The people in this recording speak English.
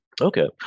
okay